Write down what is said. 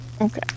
Okay